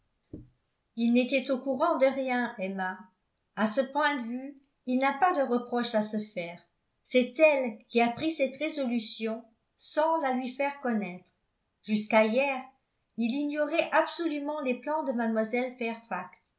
il n'était au courant de rien emma à ce point de vue il n'a pas de reproches à se faire c'est elle qui a pris cette résolution sans la lui faire connaître jusqu'à hier il ignorait absolument les plans de mlle fairfax